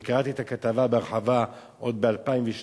אני קראתי את הכתבה בהרחבה עוד ב-2002,